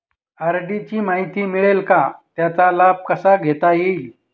RD ची माहिती मिळेल का, त्याचा लाभ कसा घेता येईल?